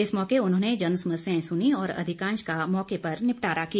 इस मौके उन्होंने जनसमस्याएं सुनी और अधिकांश का मौके पर निपटारा किया